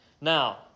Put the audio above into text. Now